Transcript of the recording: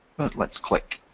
but let's click.